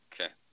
Okay